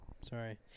Sorry